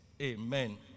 Amen